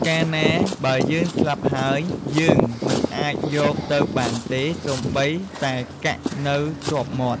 កាលណាបើយើងស្លាប់ហើយ យើងមិនអាចយកទៅបានទេសូម្បីតែកាក់នៅជាប់មាត់។